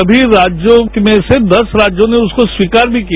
सभी राज्यों में से दस राज्यों ने उसको स्वीकार भी किया